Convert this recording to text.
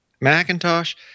Macintosh